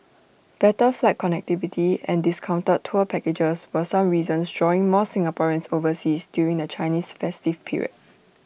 better flight connectivity and discounted tour packages were some reasons drawing more Singaporeans overseas during the Chinese festive period